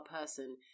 person